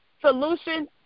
Solution